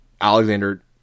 Alexander